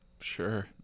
Sure